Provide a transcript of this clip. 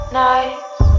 nice